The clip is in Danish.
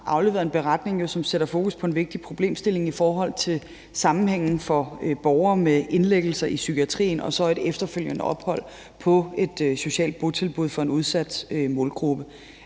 afleveret en beretning, som sætter fokus på en vigtig problemstilling i forhold til sammenhængen for borgere med indlæggelser i psykiatrien og så et efterfølgende ophold på et socialt botilbud for en udsat målgruppe.